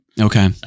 Okay